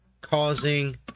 causing